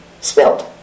spilled